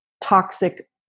toxic